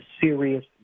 serious